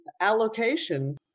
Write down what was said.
allocation